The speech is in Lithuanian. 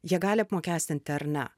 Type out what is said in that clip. jie gali apmokestinti ar ne